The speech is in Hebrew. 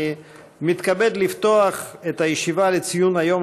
אני מתכבד לפתוח את הישיבה לציון היום